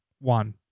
one